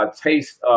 taste